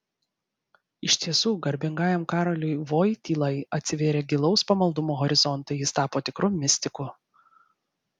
iš tiesų garbingajam karoliui vojtylai atsivėrė gilaus pamaldumo horizontai jis tapo tikru mistiku